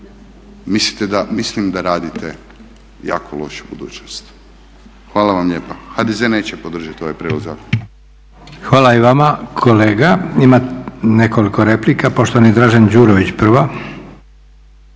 mislim da radite jako lošu budućnost. Hvala vam lijepa. HDZ neće podržati ovaj prijedlog